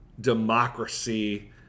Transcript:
democracy